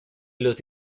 los